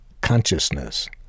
consciousness